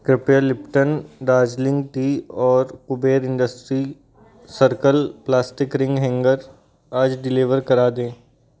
कृपया Lipton Darjeeling tea और Kuber industry circle plastic ring hanger आज डिलीवर करा दें